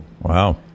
Wow